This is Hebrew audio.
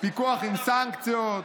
פיקוח עם סנקציות.